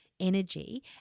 energy